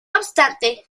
obstante